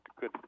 good